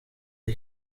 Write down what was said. ari